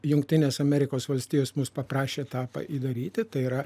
jungtinės amerikos valstijos mus paprašė tą pa daryti tai yra